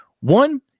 One